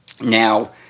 Now